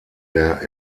der